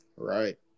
Right